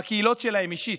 בקהילות שלהם אישית,